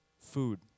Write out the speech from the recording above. food